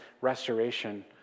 restoration